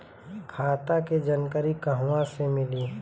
खाता के जानकारी कहवा से मिली?